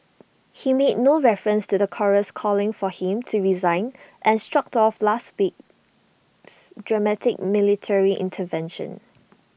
he made no reference to the chorus calling for him to resign and shrugged off last week's dramatic military intervention